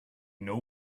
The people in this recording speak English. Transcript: know